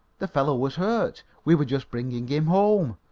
the fellow was hurt. we were just bringing him home,